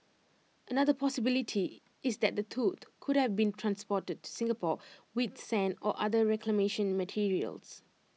another possibility is that the tooth could have been transported to Singapore with sand or other land reclamation materials